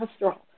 cholesterol